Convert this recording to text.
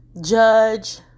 judge